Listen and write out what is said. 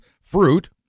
fruit